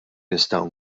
nistgħu